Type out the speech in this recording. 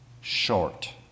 short